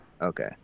Okay